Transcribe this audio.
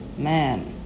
Man